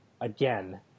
Again